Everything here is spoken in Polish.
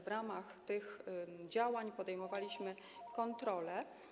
W ramach tych działań podejmowaliśmy kontrole.